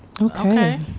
Okay